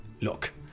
look